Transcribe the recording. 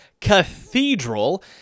Cathedral